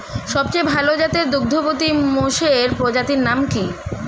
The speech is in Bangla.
সবচেয়ে ভাল জাতের দুগ্ধবতী মোষের প্রজাতির নাম কি?